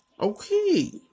okay